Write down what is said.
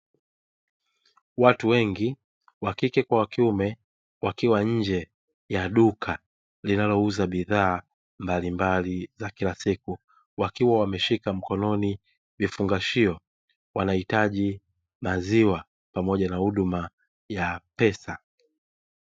Watu wengi wa kike kwa wa kiume wakiwa nje ya duka linalouza bidhaa mbalimbali za kila siku, wakiwa wameshika mkononi vifungashio, wanahitaji maziwa pamoja na huduma ya pesa.